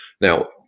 Now